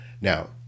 Now